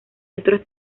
otros